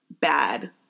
bad